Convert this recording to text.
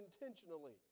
intentionally